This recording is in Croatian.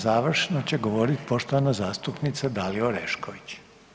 Završno će govoriti poštovana zastupnica Dalija Orešković.